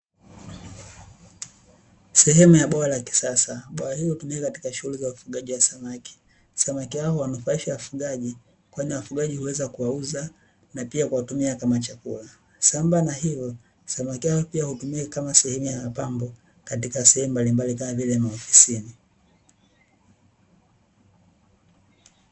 Sehemu ya bwawa la kisasa, bwawa hilo hutumika katika shughuli za kufugia samaki. Samaki hao huwanufaisha wafugaji, kwani wafugaji huweza kuwauza na pia kuwatumia kama chakula, sambamba na hilo samaki hutumiwa pia kama sehemu ya mapambo katika sehemu mbalimbali, kama vile maofisini.